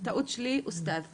טעות שלי עוסטאדי.